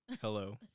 Hello